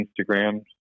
Instagram